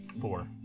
Four